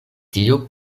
tio